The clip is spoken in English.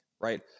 Right